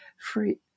Free